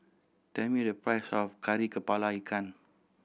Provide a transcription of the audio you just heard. tell me the price of Kari Kepala Ikan